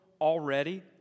already